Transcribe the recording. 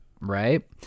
right